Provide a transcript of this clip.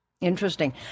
Interesting